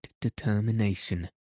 determination